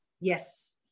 Yes